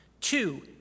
two